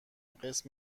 قسط